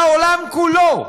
לעולם כולו.